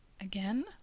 Again